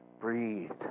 breathed